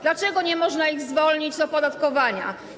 Dlaczego nie można ich zwolnić z opodatkowania?